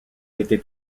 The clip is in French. était